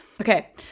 Okay